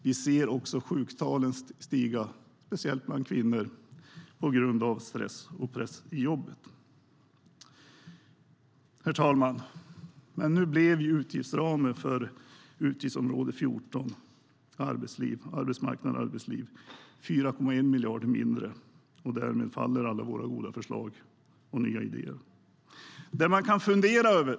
Vi ser också sjuktalen stiga, speciellt bland kvinnor, på grund av stress och press i jobbet. Herr talman! Nu blev utgiftsramen för utgiftsområde 14 Arbetsmarknad och arbetsliv 4,1 miljarder mindre, och därmed faller alla våra goda förslag och nya idéer.